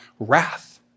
Wrath